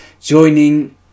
joining